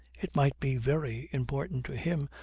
it might be very important to him,